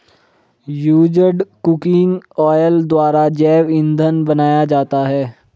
used cooking oil द्वारा जैव इंधन बनाया जाता है